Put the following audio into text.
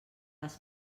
les